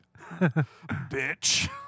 Bitch